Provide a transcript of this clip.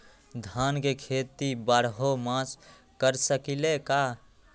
धान के खेती बारहों मास कर सकीले का?